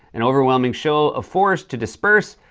an overwhelming show of force to disperse,